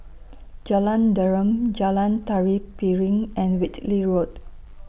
Jalan Derum Jalan Tari Piring and Whitley Road